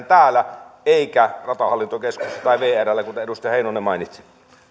täällä eikä ratahallintokeskuksessa tai vrllä kuten edustaja heinonen mainitsi